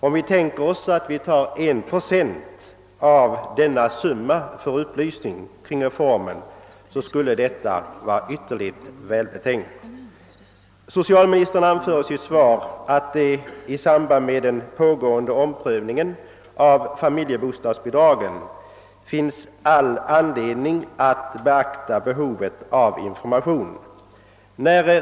Om vi ville använda en procent av denna summa för upplysning kring reformen, skulle det vara ytterligt välbetänkt. Socialministern anför i sitt svar att det i samband med den pågående omprövningen av familjebostadsbidragen finns all anledning att beakta behovet av information.